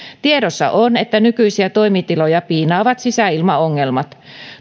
tiedossa on että nykyisiä toimitiloja piinaavat sisäilmaongelmat